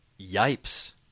Yipes